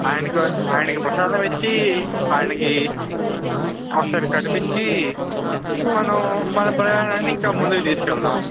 ఆయనక ఆయనకి ప్రసాదం ఇచ్చి ఆయనికి ఒకసారి కనిపించి మనం మన ప్రయాణాన్ని ఇంకా ముందుకి తీసుకువెళదాం